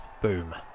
Boom